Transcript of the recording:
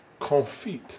confit